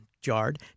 Jarred